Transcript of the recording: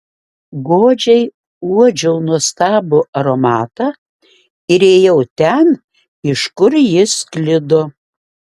godžiai uodžiau nuostabų aromatą ir ėjau ten iš kur jis sklido